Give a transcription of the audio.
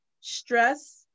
stress